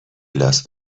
لاس